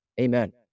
amen